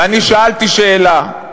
"ואני שאלתי שאלה,